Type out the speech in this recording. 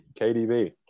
KDB